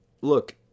look